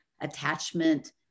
attachment